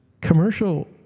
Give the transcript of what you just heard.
commercial